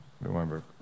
Remember